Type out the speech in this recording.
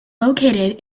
located